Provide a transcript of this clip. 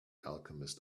alchemist